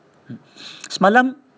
semalam